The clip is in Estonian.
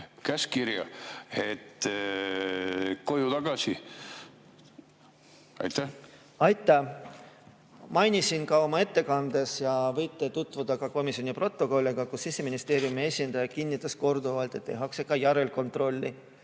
käskkirja, et koju tagasi? Aitäh! Mainisin oma ettekandes ja võite tutvuda ka komisjoni protokolliga, kuidas Siseministeeriumi esindaja kinnitas korduvalt, et tehakse ka järelkontrolli.